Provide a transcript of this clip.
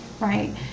right